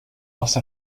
else